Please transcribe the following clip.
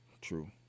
True